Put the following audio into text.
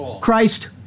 Christ